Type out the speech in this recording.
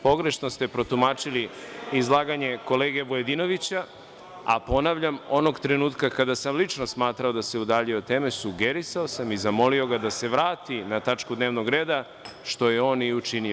Pogrešno ste protumačili izlaganje kolege Vujadinovića, a ponavljam, onog trenutka kada sam lično smatrao da se udaljio od teme, sugerisao sam i zamoli ga da se vrati na tačku dnevnog reda, što je on i učinio.